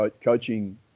coaching